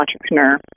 entrepreneur